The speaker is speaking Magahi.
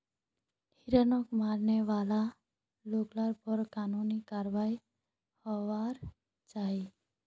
हिरन मारने वाला लोगेर पर कानूनी कारवाई होबार चाई